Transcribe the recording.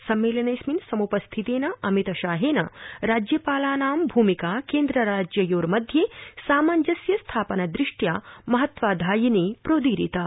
सम्मेलनेऽस्मिन् सम्पस्थितेन अमितशाहेन राज्यपालानां भूमिका केन्द्रराज्ययोर्मध्ये सामञ्जस्य स्थापनदृष्ट्या महत्त्वाधायिनी प्रोदीरिता